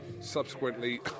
subsequently